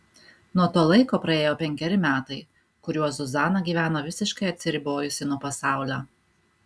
nuo to laiko praėjo penkeri metai kuriuos zuzana gyveno visiškai atsiribojusi nuo pasaulio